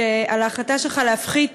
על ההחלטה שלך להפחית